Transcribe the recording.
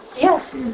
Yes